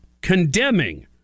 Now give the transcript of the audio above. condemning